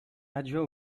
adjoint